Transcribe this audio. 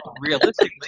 realistically